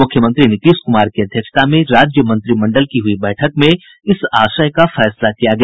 मुख्यमंत्री नीतीश कुमार की अध्यक्षता में राज्य मंत्रिमंडल की हुई बैठक में इस आशय का फैसला किया गया